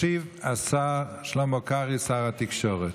ישיב השר שלמה קרעי, שר התקשורת.